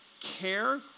care